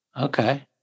okay